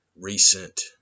recent